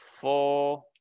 four